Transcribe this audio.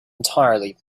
entirely